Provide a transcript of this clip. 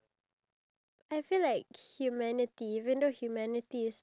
oh I gave my nicknames to my damn self